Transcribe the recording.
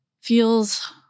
feels